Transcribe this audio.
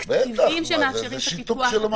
לתקציבים שמאפשרים את הפיתוח הזה,